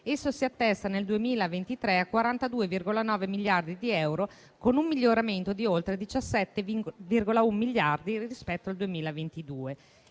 esso si attesta nel 2023 a 42,9 miliardi di euro, con un miglioramento di oltre 17,1 miliardi rispetto al 2022.